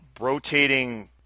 rotating